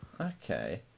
Okay